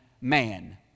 man